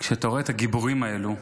אתה רואה את הגיבורים האלה,